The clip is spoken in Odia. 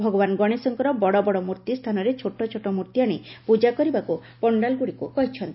ଭଗବାନ ଗଣେଶଙ୍କର ବଡ଼ବଡ଼ ମୂର୍ତ୍ତି ସ୍ଥାନରେ ଛୋଟଛୋଟ ମୂର୍ତ୍ତି ଆଣି ପୂଜା କରିବାକୁ ପଣ୍ଡାଲଗୁଡ଼ିକୁ କହିଚ୍ଚନ୍ତି